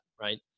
Right